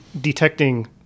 detecting